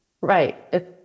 Right